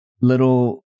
little